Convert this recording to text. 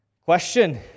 Question